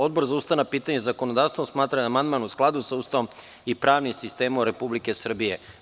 Odbor za ustavna pitanja i zakonodavstvo smatra da je amandman u skladu sa Ustavom i pravnim sistemom Republike Srbije.